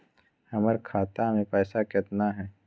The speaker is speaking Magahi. हमर खाता मे पैसा केतना है?